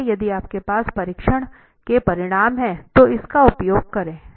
इसलिए यदि आपके पास परीक्षण के परिणाम हैं तो इसका उपयोग करें